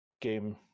game